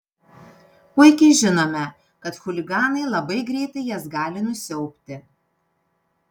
puikiai žinome kad chuliganai labai greitai jas gali nusiaubti